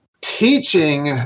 Teaching